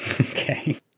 Okay